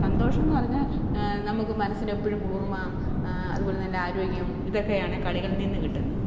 സന്തോഷം എന്നു പറഞ്ഞാൽ നമുക്ക് മനസ്സിന് എപ്പോഴും കുളിർമ അതുപോലെതന്നെ ആരോഗ്യം ഇതൊക്കെയാണ് കളികളിൽ നിന്ന് കിട്ടുന്നത്